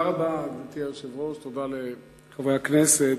גברתי היושבת-ראש, תודה רבה, תודה לחברי הכנסת.